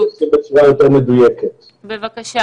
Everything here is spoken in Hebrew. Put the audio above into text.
רק מילה אחד לראש המטה של משרד התרבות: אדוני,